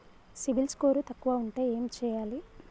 CIBIL score తక్కువ ఉంటే ఏం చేయాలి?